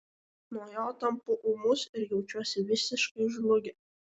nuo jo tampu ūmus ir jaučiuosi visiškai žlugęs